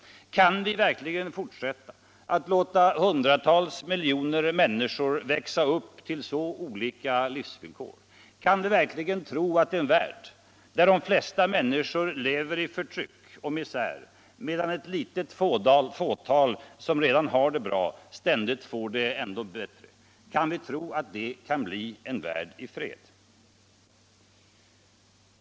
Kan vi verkligen fortsätta att låta hundratals miljoner människor växa upp till så olika livsvillkor? Kan vi verkligen tro att en värld där de flesta människor lever i förtryck och misär, medan ett litet fåtal som redan har det bra ständigt får det ännu bättre, kan bli en värld i fred?